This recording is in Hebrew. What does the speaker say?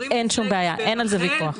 אין שום בעיה, אין על זה ויכוח.